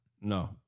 No